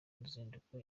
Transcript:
uruzinduko